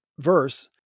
verse